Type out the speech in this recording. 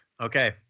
Okay